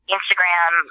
Instagram